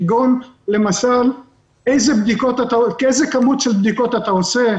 כגון למשל איזה כמות של בדיקות אתה עושה,